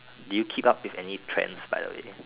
do you keep up with any trends by the way